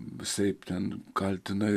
visaip ten kaltina